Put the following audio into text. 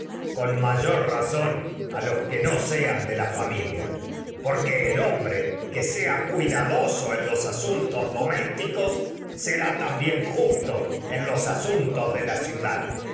sus mayor razón a los que no de la familia porque el hombre que sea cuidadoso en los asun los asuntos domésticos será también justo en pero tos de la ciudad